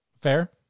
fair